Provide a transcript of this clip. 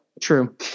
True